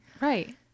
Right